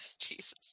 Jesus